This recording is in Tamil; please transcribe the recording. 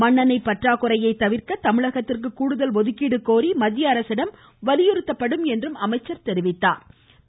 மண்ணெண்ணெய் பற்றாக்குறையை தவிர்க்க தமிழகத்திற்கு கூடுதல் ஒதுக்கீடு கோரி மத்திய அரசிடம் வலியுறுத்தப்படும் என்றும் அமைச்சர் கூறினார்